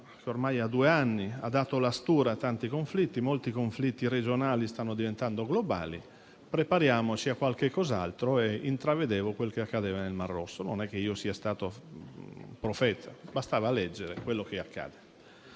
datata due anni e aveva dato la stura a tanti conflitti: molti conflitti regionali stavano diventando globali, dissi che dovevamo prepararci a qualcos'altro e intravedevo quel che accadeva nel mar Rosso. Non è che io sia stato un profeta, bastava leggere quello che accadeva.